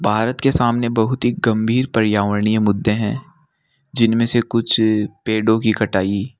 भारत के सामने बहुत ही गंभीर पर्यावरणीय मुद्दे हैं जिनमें से कुछ पेड़ों की कटाई